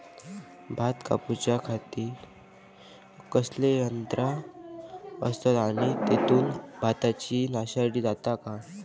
भात कापूच्या खाती कसले यांत्रा आसत आणि तेतुत भाताची नाशादी जाता काय?